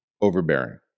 overbearing